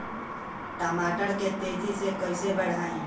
टमाटर के तेजी से कइसे बढ़ाई?